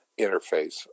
interface